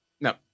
No